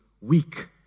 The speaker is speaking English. weak